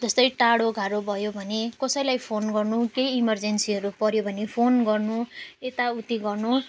जस्तो साह्रो गाह्रो भयो भने कसैलाई फोन गर्नु केही इमर्जेन्सीहरू पऱ्यो भने फोन गर्नु यता उति गर्नु